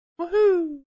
Woohoo